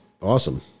awesome